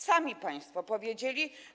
Sami państwo to powiedzieli.